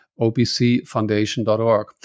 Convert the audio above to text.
opcfoundation.org